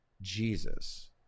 Jesus